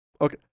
Okay